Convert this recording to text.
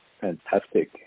Fantastic